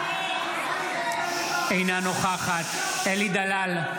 אינה נוכחת אלי דלל,